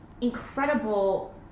incredible